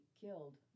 killed